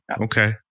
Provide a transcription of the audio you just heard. Okay